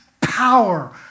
power